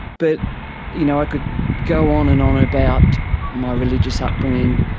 but you know i could go on and on about my religious upbringing,